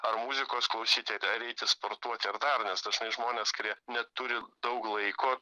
ar muzikos klausyti ar eiti sportuoti ar dar nes žmones kurie neturi daug laiko